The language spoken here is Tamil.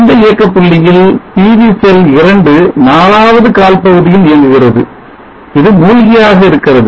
இந்த இயக்கப் புள்ளியில் PV செல் 2 நாலாவது கால் பகுதியில் இயங்குகிறது இது மூழ்கியாக இருக்கிறது